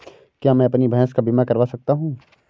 क्या मैं अपनी भैंस का बीमा करवा सकता हूँ?